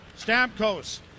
Stamkos